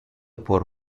por